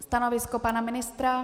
Stanovisko pana ministra?